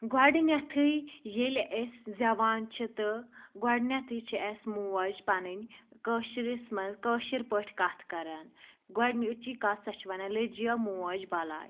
گۄڈٕنیٚتھٕے ییٚلہِ أسۍ زیٚوان چھِ تہٕ گۄڈٕنیٚتھٕے چھِ اسہِ موج پَنٕنۍ کٲشرِس منٛز کٲشِر پٲٹھۍ کَتھ کَران گۄڈنِچی کَتھ سۄ چھِ وَنان لٔجیہ موج بَلاے